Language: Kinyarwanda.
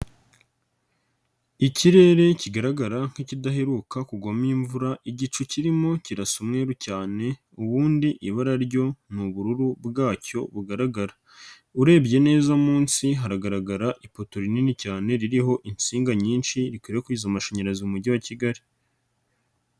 Ikirere kigaragara nk'ikidaheruka kugwamo imvura, igicu kirimo kirasa umweruru cyane ubundi ibara ryo ni ubururu bwacyo bugaragara, urebye neza munsi haragaragara ipoto rinini cyane ririho insinga nyinshi rikwirakwiza amashanyarazi mu mujyi wa Kigali.